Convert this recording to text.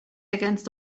against